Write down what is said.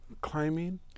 climbing